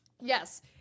Yes